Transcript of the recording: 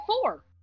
four